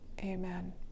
amen